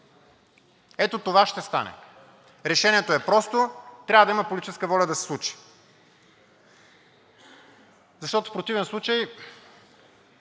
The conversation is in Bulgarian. Ето това ще стане. Решението е просто, но трябва да има политическа воля, за да се случи. В противен случай